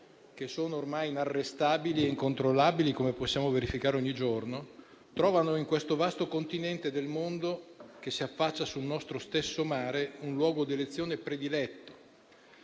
migratori, ormai inarrestabili e incontrollabili, come possiamo verificare ogni giorno, trovano in questo vasto Continente del mondo che si affaccia sul nostro stesso mare un luogo di elezione prediletto.